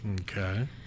Okay